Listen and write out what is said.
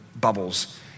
bubbles